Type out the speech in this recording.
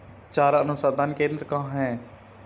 चारा अनुसंधान केंद्र कहाँ है?